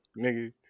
nigga